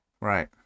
right